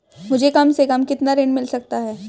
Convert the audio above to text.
मुझे कम से कम कितना ऋण मिल सकता है?